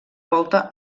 volta